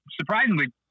surprisingly